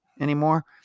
Anymore